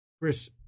Chris